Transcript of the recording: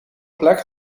plek